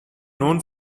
known